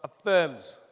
affirms